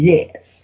Yes